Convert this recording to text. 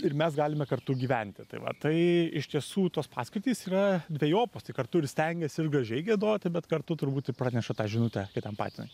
ir mes galime kartu gyventi tai va tai iš tiesų tos paskirtys yra dvejopos tai kartu ir stengiasi ir gražiai giedoti bet kartu turbūt ir praneša tą žinutę kitam patinui